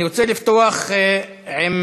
אני רוצה לפתוח עם